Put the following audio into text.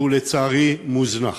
שלצערי הוא מוזנח.